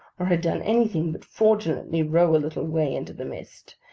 or had done anything but fraudulently row a little way into the mist,